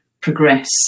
progress